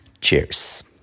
cheers